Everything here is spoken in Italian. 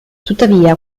tuttavia